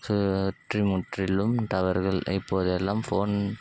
சுற்றி முற்றிலும் டவர்கள் இப்போதெல்லாம் ஃபோன்